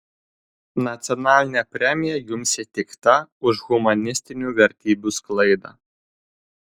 nacionalinė premija jums įteikta už humanistinių vertybių sklaidą